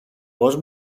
πώς